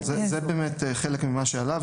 זהו חלק ממה שעלה,